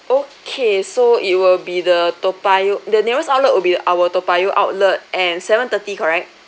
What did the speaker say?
okay so it will be the toa payoh the nearest outlet will be our toa payoh outlet and seven thirty correct